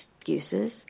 excuses